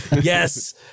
Yes